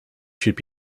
should